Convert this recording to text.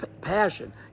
passion